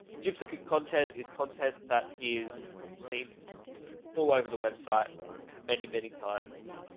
gypsy content is content that is seen all over the website many, many times,